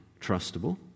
trustable